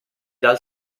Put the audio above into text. dal